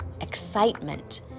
excitement